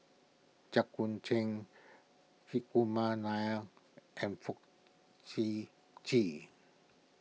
Jit Koon Ch'ng Hri Kumar Nair and Fong Sip Chee